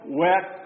wet